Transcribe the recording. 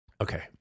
Okay